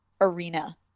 arena